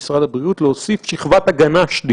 במקום שהוא יהיה סגר נושם כמו בג'אבל מוכבר אז הוא חזק.